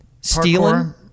stealing